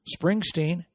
Springsteen